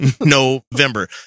november